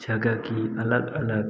जगह की अलग अलग